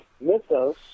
mythos